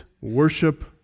worship